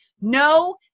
No